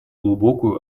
глубокую